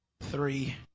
three